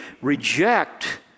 reject